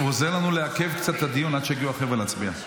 הוא עוזר לנו לעכב קצת את הדיון עד שיגיעו החבר'ה להצביע.